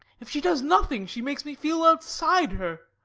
if she does nothing, she makes me feel outside her.